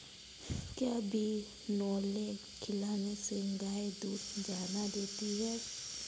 क्या बिनोले खिलाने से गाय दूध ज्यादा देती है?